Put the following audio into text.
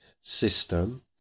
system